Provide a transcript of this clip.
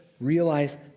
realize